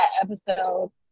episode